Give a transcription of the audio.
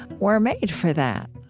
we're made for that.